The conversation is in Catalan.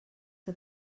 que